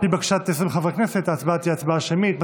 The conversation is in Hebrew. על פי בקשת 20 חברי כנסת ההצבעה תהיה הצבעה שמית.